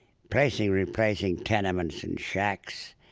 replacing replacing tenements and shacks.